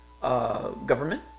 government